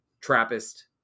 Trappist